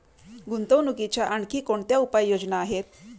गुंतवणुकीच्या आणखी कोणत्या योजना आहेत?